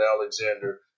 Alexander